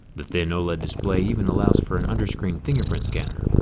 the thin oled display even allows for an underscreen fingerprint scanner.